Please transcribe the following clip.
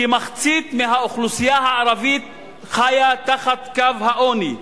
כמחצית מהאוכלוסייה הערבית חיה תחת קו העוני.